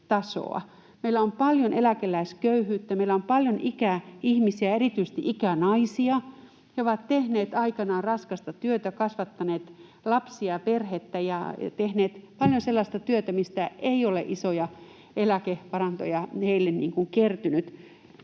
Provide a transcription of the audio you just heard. Meillä on paljon eläkeläisköyhyyttä. Meillä on paljon ikäihmisiä, erityisesti ikänaisia, jotka ovat tehneet aikoinaan raskasta työtä, kasvattaneet lapsia ja perhettä ja tehneet paljon sellaista työtä, mistä ei ole isoja eläkevarantoja heille kertynyt.